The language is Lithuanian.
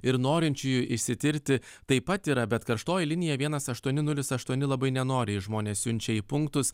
ir norinčiųjų išsitirti taip pat yra bet karštoji linija vienas aštuoni nulis aštuoni labai nenoriai žmones siunčia į punktus